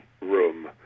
room